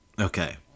Okay